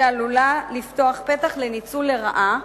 שעלולה לפתוח פתח לניצול לרעה,